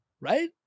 right